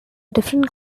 different